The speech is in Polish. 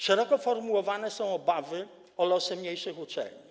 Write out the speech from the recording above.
Szeroko formułowane są obawy o losy mniejszych uczelni.